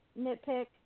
nitpick